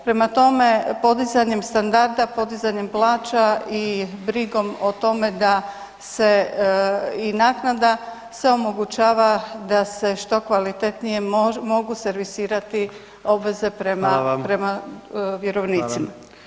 Prema tome, podizanjem standarda, podizanjem plaća i brigom o tome da se i naknada, sve omogućava da se što kvalitetnije mogu servisirati obveze prema vjerovnicima.